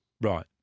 Right